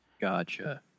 Gotcha